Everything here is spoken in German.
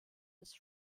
des